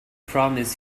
promise